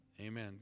Amen